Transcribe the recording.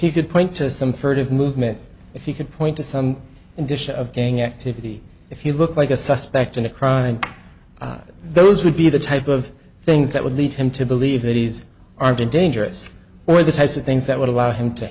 you could point to some furtive movements if you could point to some condition of gang activity if you look like a suspect in a crime those would be the type of things that would lead him to believe that he's armed and dangerous or the types of things that would allow him to